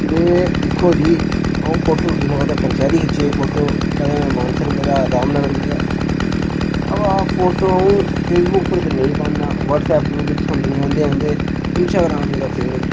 ते दिक्खो जी अ'ऊं फोटू खिच्चने तै पंचैरी खिच्चे फोटो कदें में मानसर गेदा हा रामनगर गेदा अवा फोटो अ'ऊं फेसबुक उप्पर ते नेईं पाना व्हाट्सऐप ते मिगी पसंद निं आंदे हैन ते इंस्टाग्राम मेरा फेवरेट